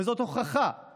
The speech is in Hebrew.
זאת הוכחה לכך